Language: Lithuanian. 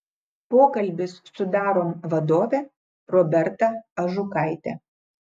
pokalbis su darom vadove roberta ažukaite